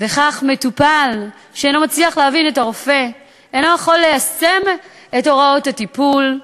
ומטופל שאינו מצליח להבין את הרופא אינו יכול ליישם את הוראות הטיפול,